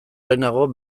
lehenago